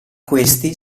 questi